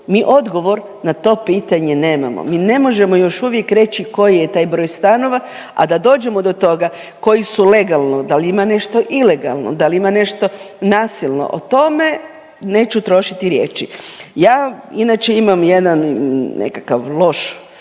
Mi odgovor na to pitanje nemamo. Mi ne možemo još uvijek reći koji je taj broj stanova, a da dođemo do toga koji su legalno, da li ima nešto ilegalno, da li ima nešto nasilno. O tome neću trošiti riječi. Ja inače imam jedan nekakav loš,